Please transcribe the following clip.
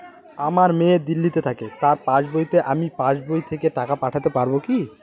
আমার মেয়ে দিল্লীতে থাকে তার পাসবইতে আমি পাসবই থেকে টাকা পাঠাতে পারব কি?